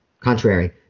Contrary